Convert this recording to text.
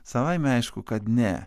savaime aišku kad ne